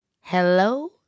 Hello